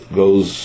goes